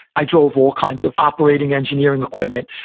i drove all kinds of operating engineering equipment,